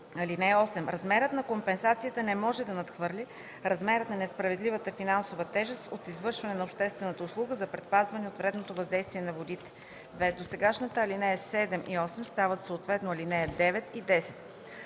съвет. (8) Размерът на компенсацията не може да надхвърля размера на несправедливата финансова тежест от извършване на обществената услуга за предпазване от вредното въздействие на водите.” в) досегашните ал. 7 и 8 стават съответно ал. 9 и 10.